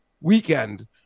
weekend